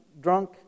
drunk